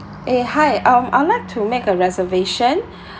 eh hi um I'd like to make a reservation